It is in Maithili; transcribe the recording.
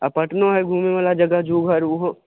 आ पटनो हइ घुमे बाला जगह जू घर उहो